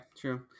true